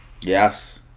Yes